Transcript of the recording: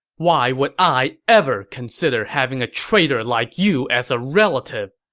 why would i ever consider having a traitor like you as a relative!